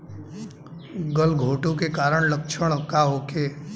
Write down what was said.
गलघोंटु के कारण लक्षण का होखे?